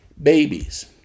babies